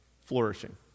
flourishing